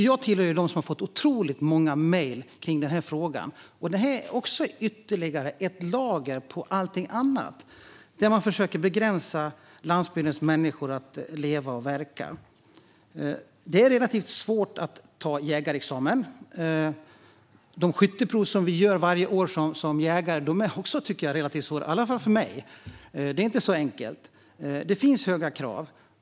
Jag tillhör dem som har fått otroligt många mejl i denna fråga. Detta är ytterligare ett lager utanpå allt annat som innebär att man försöker begränsa möjligheterna för landsbygdens människor att leva och verka. Det är relativt svårt att ta jägarexamen. De skytteprov som man som jägare gör varje år är också relativt svåra, i alla fall för mig. Det är inte så enkelt; kraven är höga.